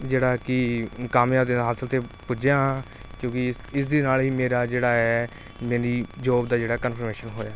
ਜਿਹੜਾ ਕਿ ਕਾਮਯਾਬੀ ਦੇ ਨਾਲ ਹਾਸਲ 'ਤੇ ਪੁੱਜਿਆ ਹਾਂ ਕਿਉਂਕਿ ਇ ਇਸ ਦੇ ਨਾਲ ਹੀ ਮੇਰਾ ਜਿਹੜਾ ਹੈ ਮੇਰੀ ਜੋਬ ਦਾ ਜਿਹੜਾ ਕਨਫਰਮੇਸ਼ਨ ਹੋਇਆ ਹੈ